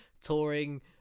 touring